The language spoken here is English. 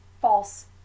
false